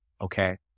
Okay